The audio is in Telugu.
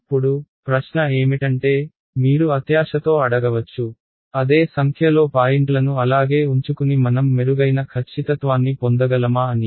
ఇప్పుడు ప్రశ్న ఏమిటంటే మీరు అత్యాశతో అడగవచ్చు అదే సంఖ్యలో పాయింట్లను అలాగే ఉంచుకుని మనం మెరుగైన ఖచ్చితత్వాన్ని పొందగలమా అని